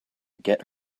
get